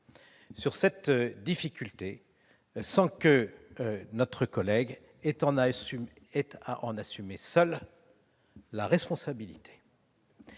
sur ce problème, sans que notre collègue ait à en assumer seul la responsabilité.